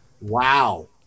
wow